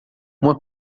uma